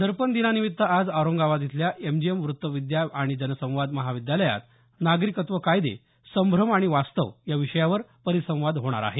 दर्पण दिनानिमित्त आज औरंगाबाद इथल्या एमजीएम वृत्तपत्रविद्या आणि जनसंवाद महाविद्यालयात नागरिकत्व कायदे संभ्रम आणि वास्तव या विषयावर परिसंवाद होणार आहे